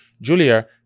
Julia